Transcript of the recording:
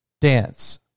Dance